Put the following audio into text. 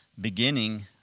beginning